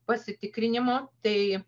pasitikrinimo tai